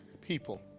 people